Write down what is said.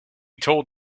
told